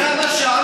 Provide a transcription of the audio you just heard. זה מה שצריך?